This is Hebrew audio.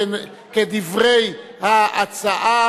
כדברי ההצעה,